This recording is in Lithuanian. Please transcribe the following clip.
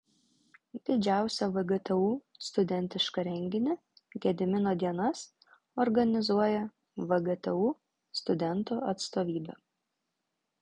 didžiausią vgtu studentišką renginį gedimino dienas organizuoja vgtu studentų atstovybė